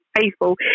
faithful